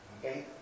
Okay